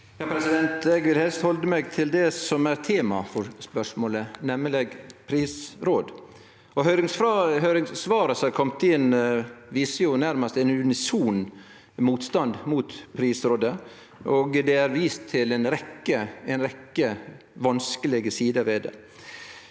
(H) Eg vil helst halde meg til det som er temaet for spørsmålet, nemleg prisråd. Høyringssvara som er komne inn, viser nærmast ein unison motstand mot prisrådet, og det er vist til ei rekkje vanskelege sider ved det.